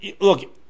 Look